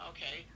Okay